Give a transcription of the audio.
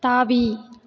தாவி